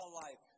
life